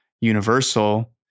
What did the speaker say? Universal